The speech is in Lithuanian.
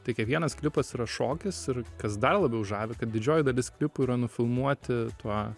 tai kiekvienas klipas yra šokis ir kas dar labiau žavi kad didžioji dalis klipų yra nufilmuoti tuo